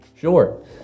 Sure